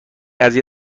قضیه